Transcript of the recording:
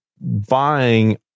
buying